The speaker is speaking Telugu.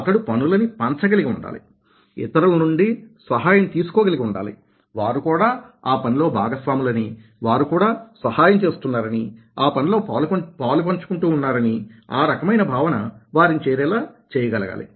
అతడు పనులని పంచ కలిగి ఉండాలి ఇతరుల నుండి సహాయం తీసుకో గలిగి ఉండాలి వారు కూడా ఆ పనిలో భాగస్వాములనీ వారు కూడా సహాయం చేస్తున్నారనీ ఆ పనిలో పాలుపంచుకుంటూ ఉన్నారనీ ఆ రకమైన భావన వారిని చేరేలా చేయగలగాలి